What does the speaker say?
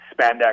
spandex